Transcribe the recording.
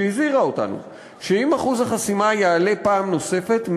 שהזהירה אותנו שאם אחוז החסימה יעלה פעם נוספת,